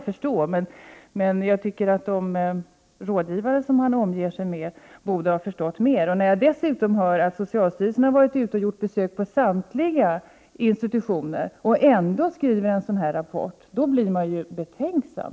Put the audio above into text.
besök, men jag tycker att hans rådgivare borde ha förstått mera. När jag dessutom hör att socialstyrelsen har avlagt besök vid samtliga institutioner och ändå skriver en sådan här rapport blir jag betänksam.